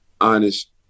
honest